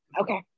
Okay